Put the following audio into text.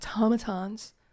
automatons